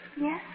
Yes